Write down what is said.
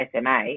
SMA